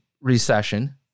recession